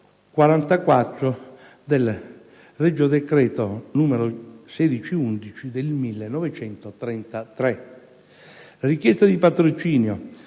del regio decreto n. 1611 del 1933. La richiesta di patrocinio,